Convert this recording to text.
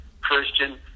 Christian